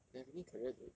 and a freaking career dude